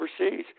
overseas